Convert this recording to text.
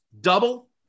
double